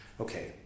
Okay